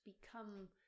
become